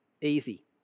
easy